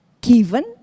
given